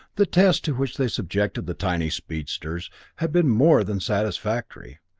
the tests to which they subjected the tiny speedsters had been more than satisfactory.